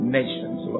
nations